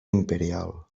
imperial